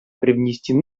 привнести